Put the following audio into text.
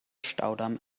staudamm